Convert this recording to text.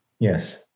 Yes